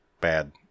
Bad